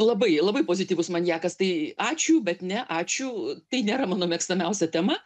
labai labai pozityvus maniakas tai ačiū bet ne ačiū tai nėra mano mėgstamiausia tema